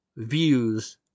Views